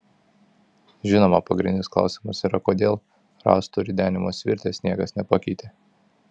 žinoma pagrindinis klausimas yra kodėl rąstų ridenimo svirties niekas nepakeitė